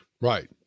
Right